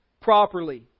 properly